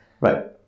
right